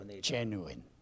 genuine